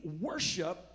worship